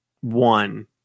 one